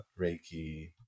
Reiki